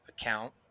account